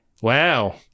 wow